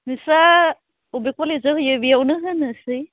नोंस्रा अबे कलेजाव होयो बेयावनो होनोसै